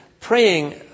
praying